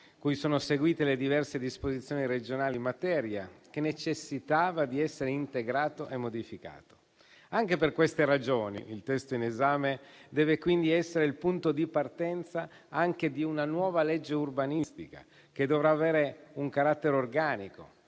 cui sono seguite le diverse disposizioni regionali in materia, che necessitava di essere integrato e modificato. Anche per queste ragioni il testo in esame deve quindi essere il punto di partenza anche di una nuova legge urbanistica, che dovrà avere un carattere organico,